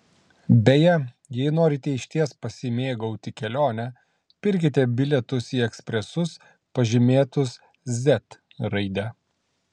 beje jei norite išties pasimėgauti kelione pirkite bilietus į ekspresus pažymėtus z raide